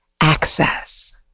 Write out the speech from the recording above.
access